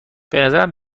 بنظرم